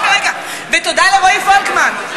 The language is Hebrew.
רגע, רגע, ותודה לרועי פולקמן.